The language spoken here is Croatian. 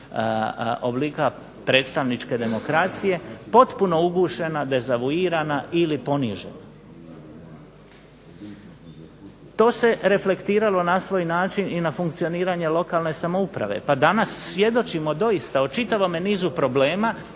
oblika predstavničke demokracije, potpuno ugušena, dezavuirana, ili ponižena. To se reflektiralo na svoj način i na funkcioniranje lokalne samouprave, pa danas svjedočimo doista o čitavome nizu problema